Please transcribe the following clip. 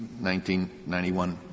1991